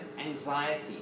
anxiety